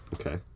okay